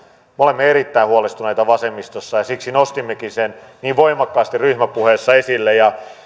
me olemme erittäin huolestuneita vasemmistossa ja siksi nostimmekin sen niin voimakkaasti ryhmäpuheessa esille